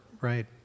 right